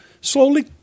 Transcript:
slowly